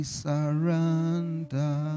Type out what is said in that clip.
surrender